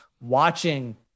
watching